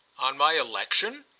on my election?